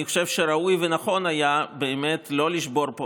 אני חושב שראוי ונכון היה באמת לא לשבור פה